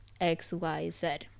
XYZ